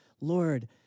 Lord